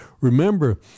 Remember